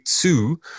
two